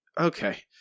Okay